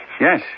Yes